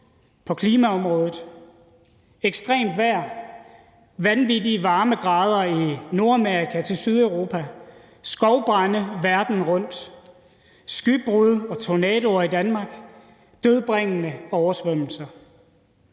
på klimaområdet. Ekstremt vejr, vanvittige varme grader i Nordamerika til i Sydeuropa, skovbrande verden rundt, skybrud og tornadoer i Danmark, dødbringende oversvømmelser: